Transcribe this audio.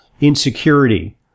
insecurity